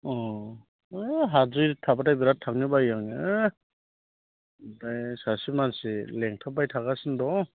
अ ओइ हाद्रि थाबाथाय बिराद थांनो बायो आङो ओमफ्राय सासे मानसि लिंथाबबाय थागासिनो दं